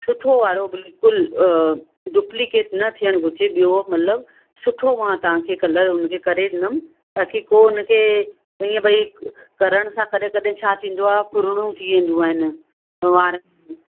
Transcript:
सुठो वारो बिल्कुलु अ डुप्लीकेट न थियण हुजे ॿियो मतिलबु सुठो मां तव्हांखे कलर हुनखे करे ॾिनो ताकी को हुनखे ईअं भाई करण सां कॾहिं कॾहिं छा थींदो आहे फुरणू थी वेंदियूं आहिनि वारनि में